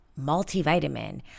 multivitamin